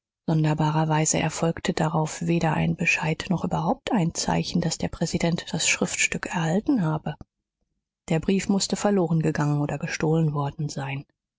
sonderbarerweise erfolgte darauf weder ein bescheid noch überhaupt ein zeichen daß der präsident das schriftstück erhalten habe der brief mußte verloren gegangen oder gestohlen worden sein